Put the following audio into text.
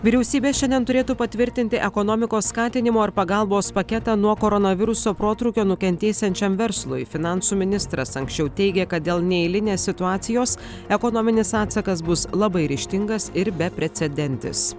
vyriausybė šiandien turėtų patvirtinti ekonomikos skatinimo ir pagalbos paketą nuo koronaviruso protrūkio nukentėsiančiam verslui finansų ministras anksčiau teigė kad dėl neeilinės situacijos ekonominis atsakas bus labai ryžtingas ir beprecedentis